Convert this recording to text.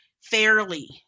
fairly